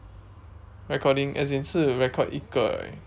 recording as in 是 record 一个 right